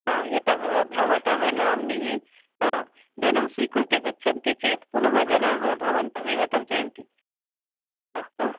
आ यत भवत नाम्नी अ धनं स्वीकृत्य गच्छन्ति चेत् पुन जना भवन्तमेव तर्जयन्ति अस्तु